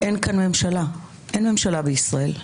אין ממשלה בישראל.